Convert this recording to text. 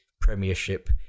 Premiership